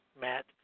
Matt